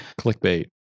Clickbait